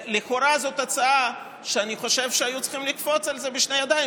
לכאורה זאת הצעה שאני חושב שהיו צריכים לקפוץ עליה בשתי ידיים.